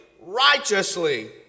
righteously